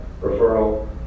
referral